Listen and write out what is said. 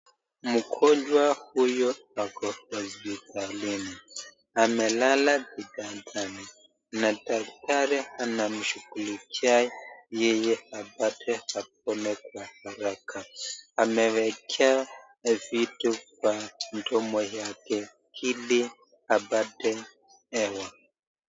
Mgonjwa huyu ako hospitalini amelala kitandani na daktari anamshughulikia yeye apate chakula kwa haraka amewekewa kitu kwa mdomo wake ili apate hewa.